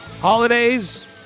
Holidays